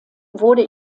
wurde